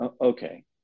Okay